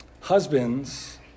Husbands